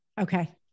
Okay